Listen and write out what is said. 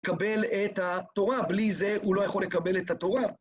קבל את התורה, בלי זה הוא לא יכול לקבל את התורה.